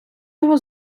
його